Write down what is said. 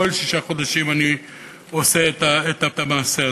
כל שישה חודשים אני עושה את המעשה הזה.